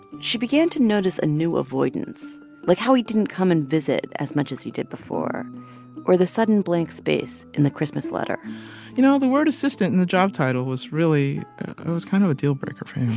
she began to notice a new avoidance like how he didn't come and visit as much as he did before or the sudden blank space in the christmas letter you know, the word assistant in the job title was really it was kind of a deal breaker for him,